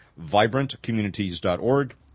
vibrantcommunities.org